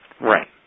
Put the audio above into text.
Right